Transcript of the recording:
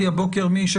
בעיקר אי-אכיפה.